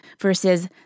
versus